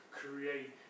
create